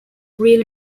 really